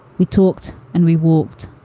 we talked and we walked.